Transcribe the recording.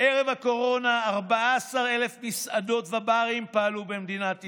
ערב הקורונה 14,000 מסעדות וברים פעלו במדינת ישראל.